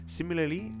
Similarly